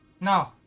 No